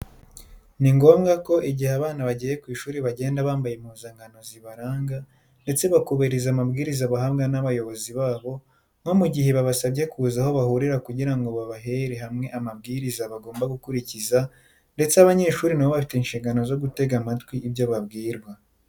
Ni ngombwa ko igihe abana bagiye kwishuri bagenda bambaye impuzankano zibaranga ndetse bakubahiriza amabwiriza bahabwa n'abayobozi babo nko mu gihe babasabye kuza aho bahurira kugira ngo babahere hamwe amabwiriza bagomba gukurikiza ndetse abanyeshuri nabo bafite inshingano zo gutega amatwi ibyo babwirwa.